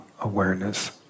awareness